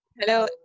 Hello